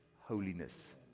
holiness